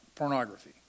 pornography